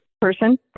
person